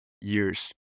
years